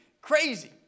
crazy